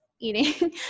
eating